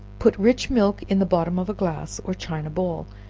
put rich milk in the bottom of a glass, or china bowl,